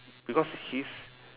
because his